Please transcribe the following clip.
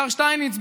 השר שטייניץ,